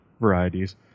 varieties